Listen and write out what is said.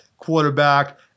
quarterback